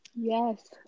Yes